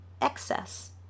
excess